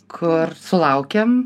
kur sulaukėm